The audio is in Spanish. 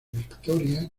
victoria